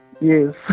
yes